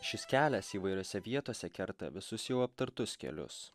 šis kelias įvairiose vietose kerta visus jau aptartus kelius